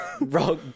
Rock